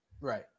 Right